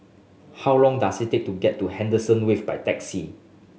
how long does it take to get to Henderson Wave by taxi